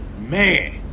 man